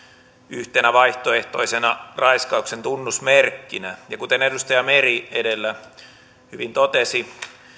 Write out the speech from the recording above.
yhtenä vaihtoehtoisena raiskauksen tunnusmerkkinä ja kuten edustaja meri edellä hyvin totesi